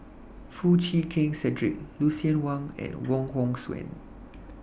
Foo Chee Keng Cedric Lucien Wang and Wong Hong Suen